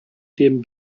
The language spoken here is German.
dem